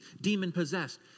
demon-possessed